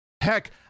Heck